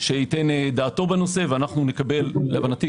שייתן דעתו בנושא ונקבל - להבנתי,